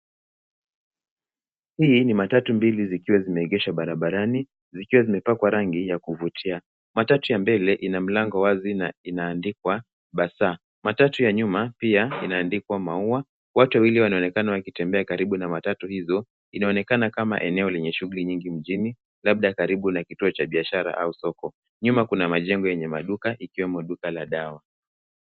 Hili ni matatu mbili zikiwa zimeegeshwa barabarani zikiwa zimepakwa rangi ya kuvutia. Matatu ya mbele ina mlango wazi na inaandikwa Basaa. Matatu ya nyuma pia imeandikwa maua. Watu wawili wanaonekana wakitembea karibu na matatu hizo. Inaonekana kama eneo lenye shughuli nyingi mjini labda karibu na kituo cha biashara au soko. Nyuma kuna majengo yenye maduka ikiwemo duka la dawa.